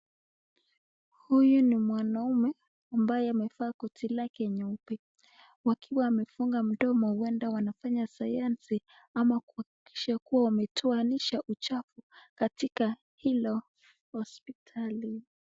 Huyu ni mwanaume ambaye amevaa koti lake nyeupe, wakiwa wamefunga mdomo. Huenda wanafanya sayansi ama kuhakikisha kuwa wametoanisha uchafu katika hilo hospitali.